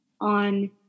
on